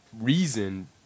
reason